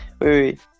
wait